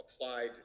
Applied